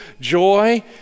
joy